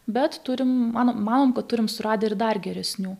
bet turim manom manom kad turim suradę ir dar geresnių